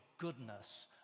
goodness